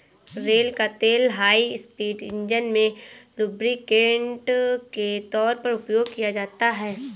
रेड़ का तेल high speed engine में लुब्रिकेंट के तौर पर उपयोग किया जाता है